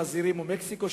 "חזירים" או "מקסיקו".